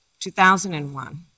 2001